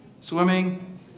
Swimming